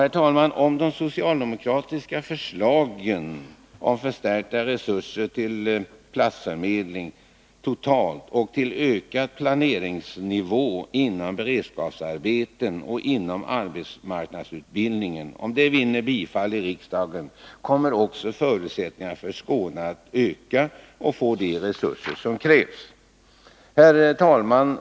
medlingen totalt och för att åstadkomma en ökad planeringsnivå inom beredskapsarbetena och inom arbetsmarknadsutbildningen vinner bifall i riksdagen kommer också Skånes förutsättningar att få de resursförstärkningar som krävs att öka. Herr talman!